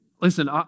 listen